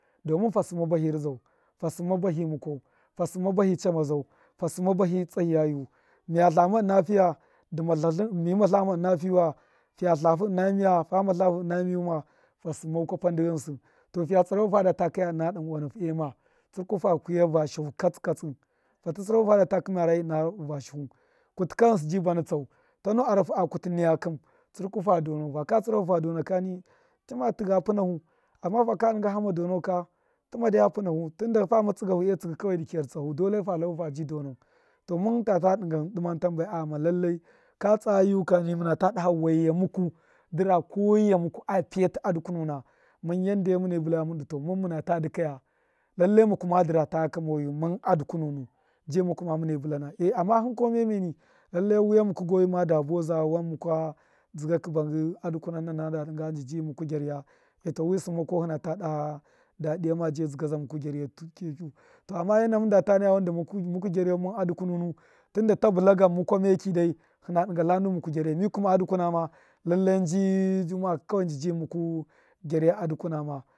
Domun fa sṫmma bahi vṫzdau fa sṫmma bahṫ mukwau fa sṫmma bahi chamazau fa sṫmma bahi tsakiya yiwu miya ltama ṫna fiya mina ltama ṫna fiyu wa, fiya ltahu ṫna miya fima ltahu ṫna miyu wa fa sṫmmau kwafa dṫ ghṫnsṫ, to fiya tsṫra hu fada ta kaya ṫna yasife ma, tsṫrku fa kuya vashihu katsṫ ka tsṫ fata tsṫrahu fata ta kaya ṫna vashihu kutu ka ghṫnsṫ ji bana tsau, tanu a rahu a kutṫ niya kṫn tsṫmka fa donau faka tsṫrahu fa donaka time tiga pṫnahu amma haka dṫnga nu hame donau ka, tuma daya pṫnu fu, tunda fame tsṫgafu kawa di kiya dṫ tsahu dole faji donau to mun tata diman tamba a ghama ka tsau yuk a waiya muku du ra kowaiya muku a dukununa mun yanda mune bṫlaya mun du to mun muna ta dṫkaya lallai muku madṫ ra takaka moyu mun a dukunuwun ji muku ma muna bṫlana, e amma hṫn kuma miya miyeni lallai wiya muku gui mada buwaza wan mukwa zdṫgakṫ bangṫ a dukuna na ma nada dṫnga nu ndi muku gyarya eto, amma wi sṫmma ko hina ta daha ma ji dooza je zdṫgaza muku, gyaryau, amma ena munda ta daha wan dṫma zdṫgaza mudu gyaryau mun a dukununu ta bulta gan mukwa meri dai ltṫna dṫnga lta nu muku gyarya, mi kuma a dukuna ma lallai njṫ jumaa ka nji juma’a ka kawai ji muku gyarya.